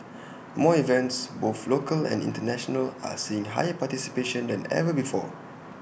more events both local and International are seeing higher participation than ever before